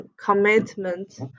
commitment